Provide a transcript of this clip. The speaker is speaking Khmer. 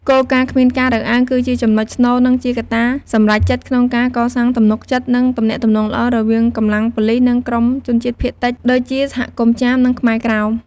គោលការណ៍គ្មានការរើសអើង គឺជាចំណុចស្នូល និងជាកត្តាសម្រេចចិត្តក្នុងការកសាងទំនុកចិត្ត និងទំនាក់ទំនងល្អរវាងកម្លាំងប៉ូលិស និងក្រុមជនជាតិភាគតិច ដូចជាសហគមន៍ចាម និងខ្មែរក្រោម